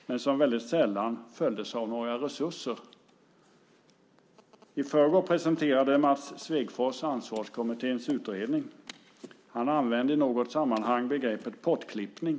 De följdes dock sällan av några resurser. I förrgår presenterade Mats Svegfors Ansvarskommitténs utredning. Han använde i något sammanhang begreppet pottklippning.